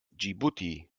dschibuti